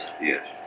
Yes